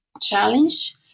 challenge